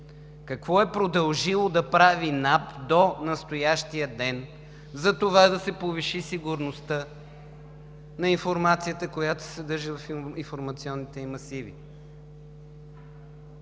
какво е продължила да прави НАП до настоящия ден за това да се повиши сигурността на информацията, която се съдържа в информационните ѝ масиви.